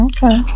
Okay